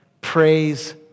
Praise